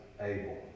able